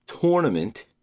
tournament